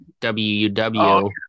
WUW